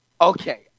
Okay